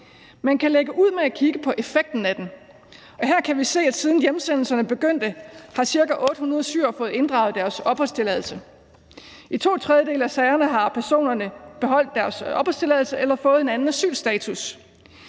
Man kan lægge ud med at kigge på effekten af den, og her kan vi se, at siden hjemsendelserne begyndte, har ca. 800 syrere fået inddraget deres opholdstilladelse. I to tredjedele af sagerne har personerne beholdt deres opholdstilladelse eller fået en anden asylstatus.